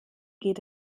geht